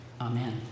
Amen